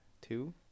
Two